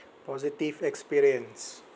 positive experience